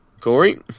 Corey